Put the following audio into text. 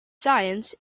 science